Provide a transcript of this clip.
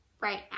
right